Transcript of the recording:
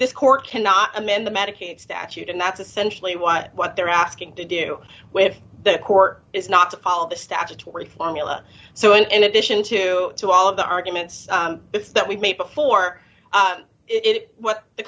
this court cannot amend the medicaid statute and that's essentially what what they're asking to do with that court is not to follow the statutory formula so in addition to to all of the arguments it's that we've made before it what the